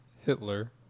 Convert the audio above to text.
Hitler